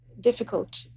difficult